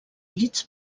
llits